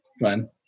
Fun